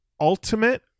Ultimate